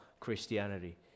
Christianity